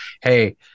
hey